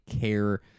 care